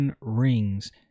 rings